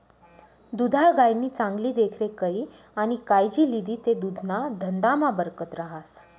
दुधाळ गायनी चांगली देखरेख करी आणि कायजी लिदी ते दुधना धंदामा बरकत रहास